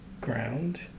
Ground